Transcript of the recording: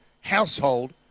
household